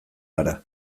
gara